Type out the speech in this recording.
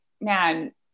man